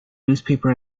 newspaper